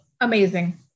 Amazing